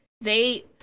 They-